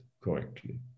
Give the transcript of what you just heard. correctly